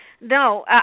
No